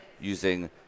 using